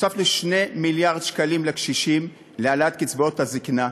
הוספנו 2 מיליארד שקלים לקשישים להעלאת קצבאות הזקנה,